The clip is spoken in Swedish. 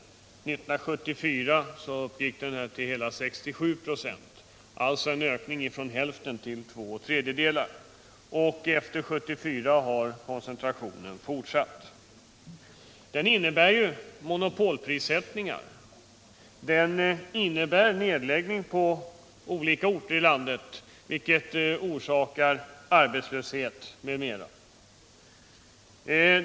1974 ökade koncentrationen och uppgick till hela 67 96, dvs. en ökning från hälften till två tredjedelar. Efter 1974 har koncentrationen fortsatt. Den innebär monopolprissättningar. Den innebär nedläggning av industrier på olika orter i landet, som orsakar arbetslöshet m.m.